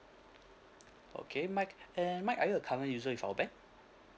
okay mike and mike are you a current user with our bank